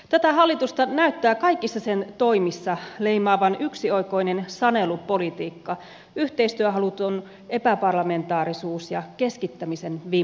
tätä hallitusta näyttää kaikissa sen toimissa leimaavan yksioikoinen sanelupolitiikka yhteistyöhaluton epäparlamentaarisuus ja keskittämisen vimma